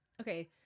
okay